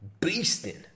Beasting